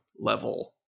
level